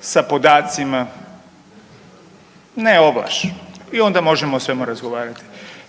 sa podacima, ne ovlaš i onda možemo o svemu razgovarati.